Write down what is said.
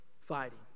fighting